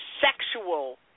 sexual